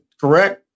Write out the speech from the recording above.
correct